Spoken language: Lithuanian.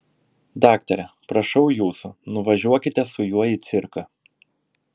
daktare prašau jūsų nuvažiuokite su juo į cirką